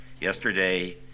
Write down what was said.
Yesterday